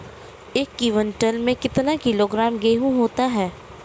एक क्विंटल में कितना किलोग्राम गेहूँ होता है?